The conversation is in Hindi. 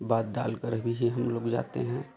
बात डालकर भी हम लोग जाते हैं